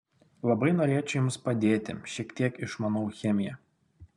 labai norėčiau jums padėti šiek tiek išmanau chemiją